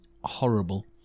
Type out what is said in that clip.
horrible